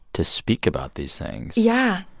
to speak about these things yeah.